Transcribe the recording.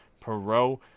Perot